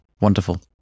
Wonderful